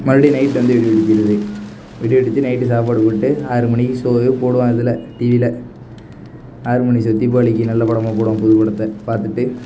மறுபடியும் நைட்டு வந்து வெடி வெடிக்கிறது வெடி வெடித்து நைட்டு சாப்பாடு போட்டு ஆறு மணிக்கு ஷோவே போடுவான் இதில் டிவியில் ஆறு மணி ஷோ தீபாவாளிக்கு நல்ல படமாக போடுவான் புது படத்தை பார்த்துட்டு